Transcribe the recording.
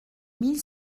mille